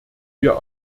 wir